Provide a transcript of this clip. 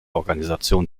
organisation